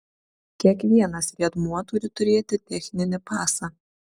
kiekvienas riedmuo turi turėti techninį pasą